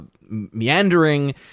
meandering